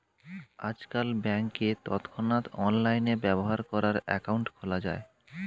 আজকাল ব্যাংকে তৎক্ষণাৎ অনলাইনে ব্যবহার করার অ্যাকাউন্ট খোলা যায়